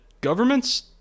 governments